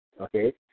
okay